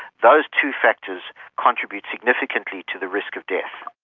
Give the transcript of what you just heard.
those two factors contribute significantly to the risk of death.